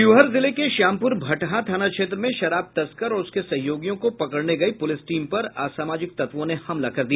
शिवहर जिले के श्यामपूर भटहां थान क्षेत्र में शराब तस्कर और उसके सहयोगियों को पकड़ने गयी पुलिस टीम पर असामाजिक तत्वों ने हमला कर दिया